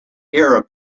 arab